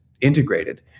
integrated